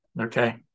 okay